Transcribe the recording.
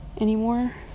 anymore